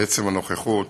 בעצם הנוכחות,